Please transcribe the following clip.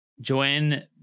Joanne